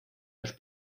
dos